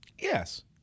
Yes